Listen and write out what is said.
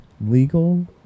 legal